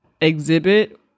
exhibit